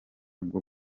bwo